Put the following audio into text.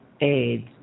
AIDS